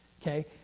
okay